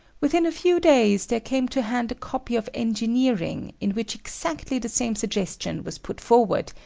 within a few days there came to hand a copy of engineering in which exactly the same suggestion was put forward,